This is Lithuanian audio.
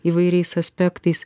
įvairiais aspektais